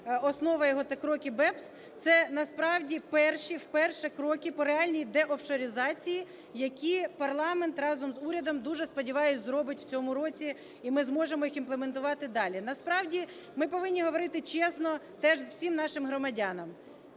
основа його – це кроки BEPS, це насправді перші, вперше кроки по реальній деофшоризації, які парламент разом з урядом, дуже сподіваюся, зробить в цьому році і ми зможемо їх імплементувати далі. Насправді ми повинні говорити чесно теж всім нашим громадянам